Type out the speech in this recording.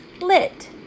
lit